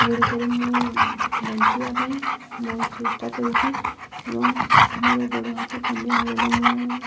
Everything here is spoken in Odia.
ଗୁଡ଼ିକରୁ ମୁଁ ବଞ୍ଚିବା ପାଇଁ ବହୁତ ଚେଷ୍ଟା କରିଛି ଏବଂ ମୋର ଗୋଡ଼ ହାତ ଖଣ୍ଡିଆ ହେଇଗଲେ ମୁଁ